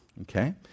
Okay